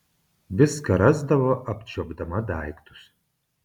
viską rasdavo apčiuopdama daiktus